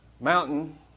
mountain